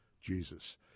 Jesus